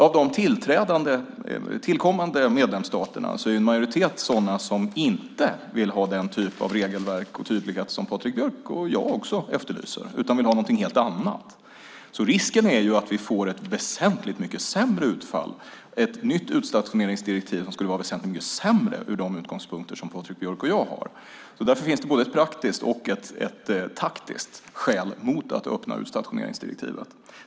Av de tillkommande medlemsstaterna är en majoritet sådana som inte vill ha den typ av regelverk och tydlighet som Patrik Björck och jag också efterlyser. De vill ha något helt annat. Risken är att vi får ett väsentligt mycket sämre utfall. Ett nytt utstationeringsdirektiv skulle vara väsentligt mycket sämre från de utgångspunkter som Patrik Björck och jag har. Därför finns det både ett praktiskt och ett taktiskt skäl mot att öppna utstationeringsdirektivet.